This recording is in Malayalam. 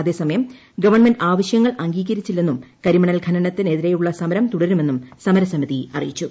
അതേസമയം ഗവൺമെന്റ് ആവശ്യങ്ങൾ അംഗീകരിച്ചില്ലെന്നും കരിമണൽ ഖനന ത്തിനെതിരെയുളള സമരം തുടരുമെന്നും സമരസമിതി അറിയിച്ചു